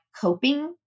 coping